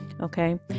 Okay